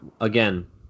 Again